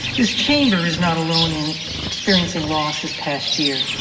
this chamber is not alone in experiencing loss this past year.